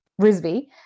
Risby